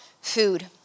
food